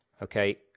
Okay